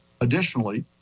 Additionally